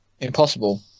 Impossible